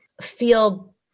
feel